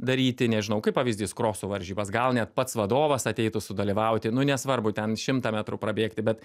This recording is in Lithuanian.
daryti nežinau kaip pavyzdys kroso varžybas gal net pats vadovas ateitų sudalyvauti nu nesvarbu ten šimtą metrų prabėgti bet